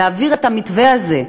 להעביר את המתווה הזה,